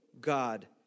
God